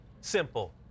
simple